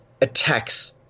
attacks